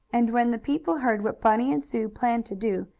and when the people heard what bunny and sue planned to do,